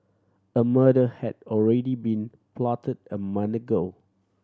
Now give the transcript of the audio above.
a murder had already been plotted a month ago